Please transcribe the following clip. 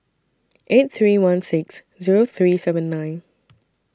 eight three one six Zero three seven nine